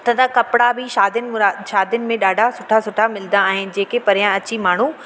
तथा कपिड़ा बि शादियुनि मुरा शादियुनि में ॾाढा सुठा सुठा मिलंदा आहिनि जेके परियां अची माण्हू